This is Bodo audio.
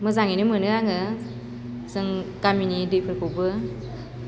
मोजाङैनो मोनो आङो जों गामिनि दैफोरखौबो